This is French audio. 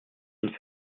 une